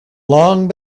long